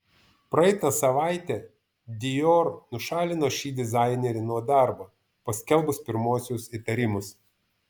praeitą savaitę dior nušalino šį dizainerį nuo darbo paskelbus pirmuosius įtarimus